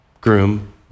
groom